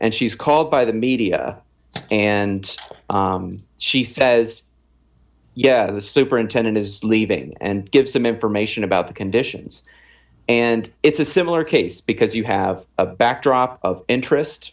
and she's called by the media and she says yeah the superintendent is leaving and give some information about the conditions and it's a similar case because you have a backdrop of interest